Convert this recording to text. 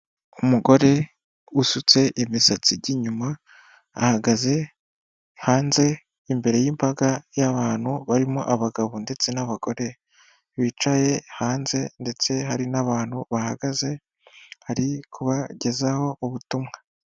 Umugore usutse imisatsi ijya inyuma hagaze hanze imbere y'imbaga y'abantu barimo abagabo ndetse n'abagore, bicaye hanze ndetse hari n'abantu bahagaze hari kubagezaho ubutumwa.